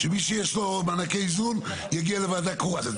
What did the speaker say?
שמי שיש לו מענקי איזון יגיע לוועדה קרואה.